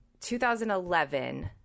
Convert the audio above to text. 2011